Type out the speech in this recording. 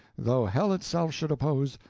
though hell itself should oppose,